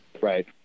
right